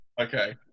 Okay